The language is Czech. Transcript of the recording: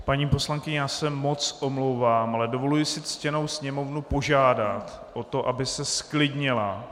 Paní poslankyně, já se moc omlouvám, ale dovoluji si ctěnou sněmovnu požádat o to, aby se zklidnila.